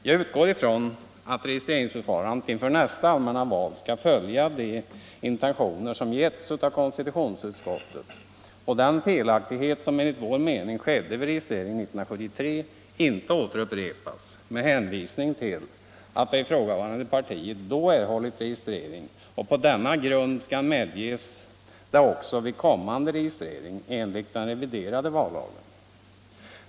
Jag utgår från att registreringsförfarandet inför nästa allmänna val sker enligt de intentioner som konstitutionsutskottet har givit uttryck åt och att den felaktighet som enligt vår mening begicks vid registreringen 1973 inte upprepas med hänvisning till att ifrågavarande parti då fick en partibeteckning registrerad och på den grunden skall medges samma registrering också enligt den reviderade vallagen.